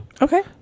okay